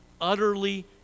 utterly